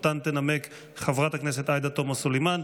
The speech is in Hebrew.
ותנמק אותן חברת הכנסת עאידה תומא סלימאן.